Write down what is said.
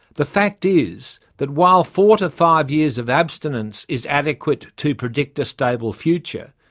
the fact is that while four to five years of abstinence is adequate to predict a stable future,